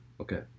okay